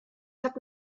hat